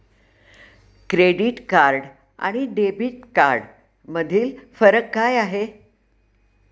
Credit card आणि debit कार्डमधील फरक काय आहे?